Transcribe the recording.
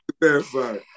verify